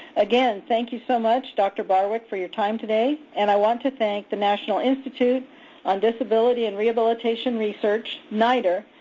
again, thank you so much, dr. barwick, for your time today and i want to thank the national institute on disability and rehabilitation research, nidrr, ah